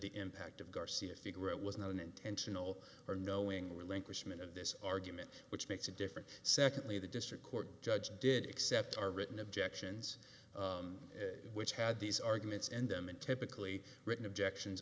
the impact of garcia figure it was not an intentional or knowing relinquishment of this argument which makes a difference secondly the district court judge did accept our written objections which had these arguments and them and typically written objections